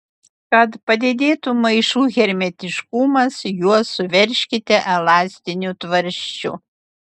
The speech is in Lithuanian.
kad padidėtų maišų hermetiškumas juos suveržkite elastiniu tvarsčiu